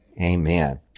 Amen